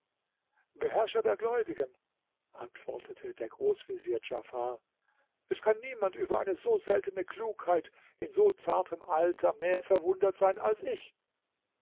beherrscher der gläubigen antwortete der großvezier djafar es kann niemand über eine so seltene klugheit in so zartem alter mehr verwundert sein als ich